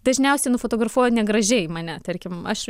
dažniausiai nufotografuoja negražiai mane tarkim aš